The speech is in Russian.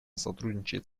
сотрудничает